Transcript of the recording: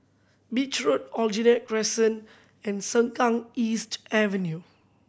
Beach Road Aljunied Crescent and Sengkang East Avenue